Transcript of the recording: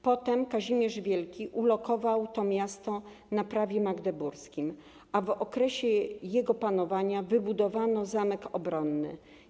Potem Kazimierz Wielki ulokował to miasto na prawie magdeburskim, a w okresie jego panowania wybudowano zamek obronny.